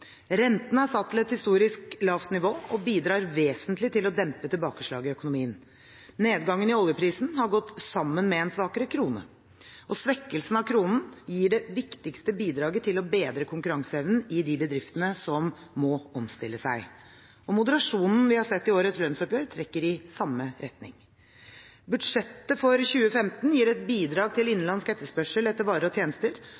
Renten er satt til et historisk lavt nivå og bidrar vesentlig til å dempe tilbakeslaget i økonomien. Nedgangen i oljeprisen har gått sammen med en svakere krone, og svekkelsen av kronen gir det viktigste bidraget til å bedre konkurranseevnen i de bedriftene som må omstille seg. Moderasjonen vi har sett i årets lønnsoppgjør, trekker i samme retning. Budsjettet for 2015 gir et bidrag til innenlandsk etterspørsel etter varer og tjenester